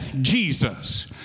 jesus